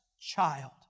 child